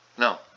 No